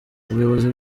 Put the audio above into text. ubuyobozi